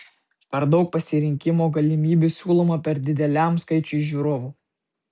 per daug pasirinkimo galimybių siūloma per dideliam skaičiui žiūrovų